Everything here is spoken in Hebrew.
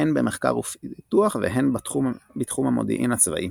הן במחקר ופיתוח והן בתחום המודיעין הצבאי.